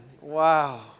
Wow